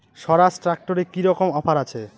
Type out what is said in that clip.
স্বরাজ ট্র্যাক্টরে কি রকম অফার আছে?